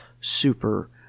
super